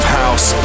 house